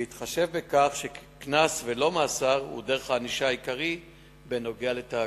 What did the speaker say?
בהתחשב בכך שקנס ולא מאסר הוא דרך הענישה העיקרית בנוגע לתאגיד.